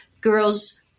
girls